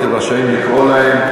אתם רשאים לקרוא להם,